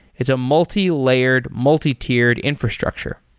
it's a multilayered, multi-tiered infrastructure.